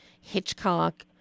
Hitchcock